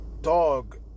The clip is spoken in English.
Dog